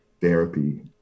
therapy